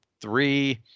Three